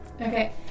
Okay